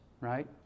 right